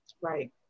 Right